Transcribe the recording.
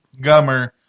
Gummer